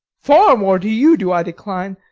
far more, to you do i decline.